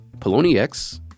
Poloniex